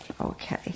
Okay